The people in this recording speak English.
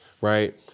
right